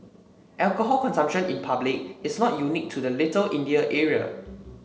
alcohol consumption in public is not unique to the Little India area